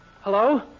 Hello